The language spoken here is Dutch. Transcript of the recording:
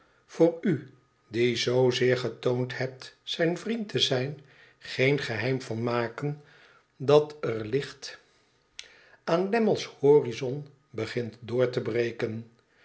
voor u die zoozeer getoond hebt zijn vriend te zijn geen geheim van maken dat er licht aan lammle's horizon begint door te breken